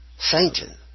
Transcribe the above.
Satan